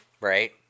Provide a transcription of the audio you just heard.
Right